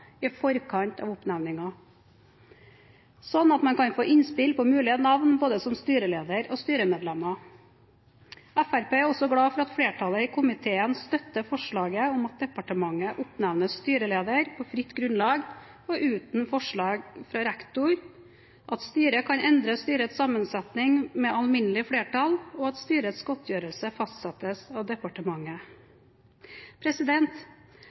i forkant av oppnevningen, slik at man kan få innspill på mulige navn, både som styreleder og styremedlemmer. Fremskrittspartiet er også glad for at flertallet i komiteen støtter forslaget om at departementet oppnevner styreleder på fritt grunnlag og uten forslag fra rektor, at styret kan endre styrets sammensetning med alminnelig flertall, og at styrets godtgjørelse fastsettes av departementet.